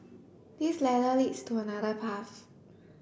this ladder leads to another path